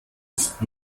ist